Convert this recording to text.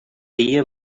dia